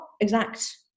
exact